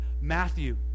Matthew